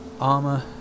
Armor